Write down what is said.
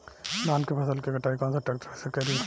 धान के फसल के कटाई कौन सा ट्रैक्टर से करी?